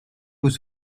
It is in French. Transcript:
vous